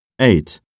Eight